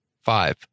Five